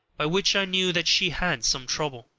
by which i knew that she had some trouble.